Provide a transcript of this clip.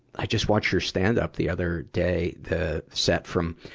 i just watched your stand-up the other day, the set from,